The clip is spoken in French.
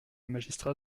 magistrat